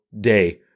day